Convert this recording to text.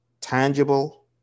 tangible